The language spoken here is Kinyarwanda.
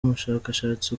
umushakashatsi